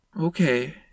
Okay